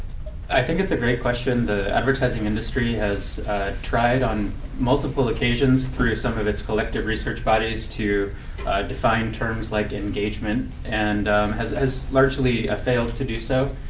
i think it's a great question. the advertising industry has tried on multiple occasions through some of its collective research bodies to define terms like engagement and has largely ah failed to do so.